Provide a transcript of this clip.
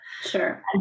Sure